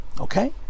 Okay